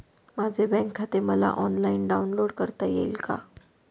माझे बँक खाते मला ऑनलाईन डाउनलोड करता येईल का?